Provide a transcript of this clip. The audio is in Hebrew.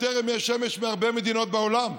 יש לה יותר ימי שמש מהרבה מדינות בעולם,